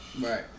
Right